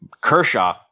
Kershaw